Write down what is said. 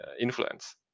influence